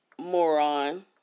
moron